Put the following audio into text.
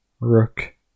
Rook